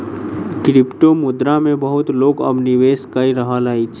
क्रिप्टोमुद्रा मे बहुत लोक अब निवेश कय रहल अछि